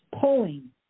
pulling